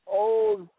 old